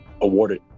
awarded